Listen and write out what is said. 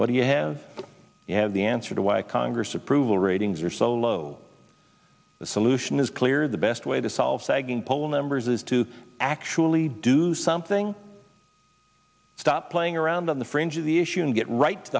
what do you have you have the answer to why congress approval ratings are so low the solution is clear the best way to solve sagging poll numbers is to actually do something stop playing around on the fringe of the issue and get right to